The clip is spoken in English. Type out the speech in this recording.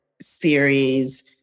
series